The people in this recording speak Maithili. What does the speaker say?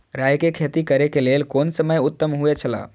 राय के खेती करे के लेल कोन समय उत्तम हुए छला?